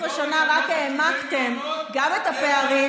במשך 12 שנה רק העמקתם גם את הפערים,